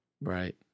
Right